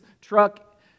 truck